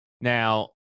Now